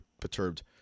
perturbed